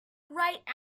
right